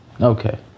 Okay